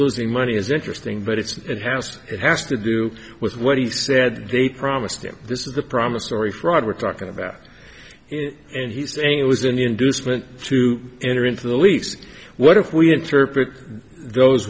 losing money is interesting but it's it has it has to do with what he said they promised him this is the promissory fraud we're talking about and he's saying it was an inducement to enter into the lease what if we interpret those